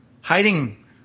hiding